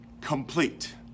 Complete